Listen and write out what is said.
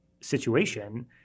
situation